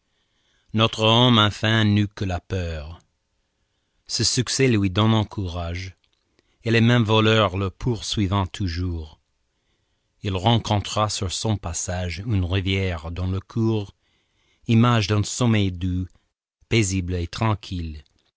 notre homme enfin n'eut que la peur ce succès lui donnant courage et les mêmes voleurs le poursuivant toujours il rencontra sur son passage une rivière dont le cours image d'un sommeil doux paisible et tranquille